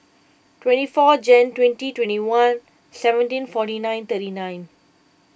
twenty four Jan twenty twenty one seventeen forty nine thirty nine